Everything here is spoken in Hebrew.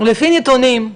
לפי הנתונים,